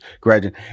graduate